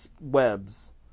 webs